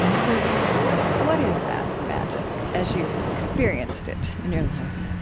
so what what is that magic, as you've experienced it in your life?